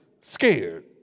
scared